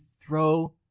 throw